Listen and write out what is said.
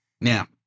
Now